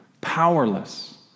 powerless